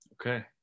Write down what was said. Okay